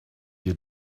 you